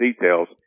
details